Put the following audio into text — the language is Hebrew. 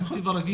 מן התקציב הרגיל.